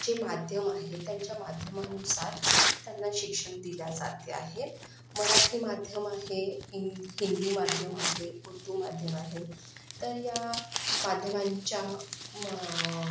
जे माध्यम आहे त्यांच्या माध्यमानुसार त्यांना शिक्षण दिल्या जाते आहे मराठी माध्यम आहे हिं हिंदी माध्यम आहे उर्दू माध्यम आहे तर या माध्यमांच्या म